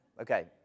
Okay